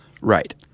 Right